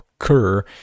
occur